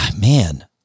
Man